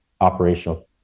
operational